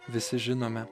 visi žinome